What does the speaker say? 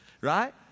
right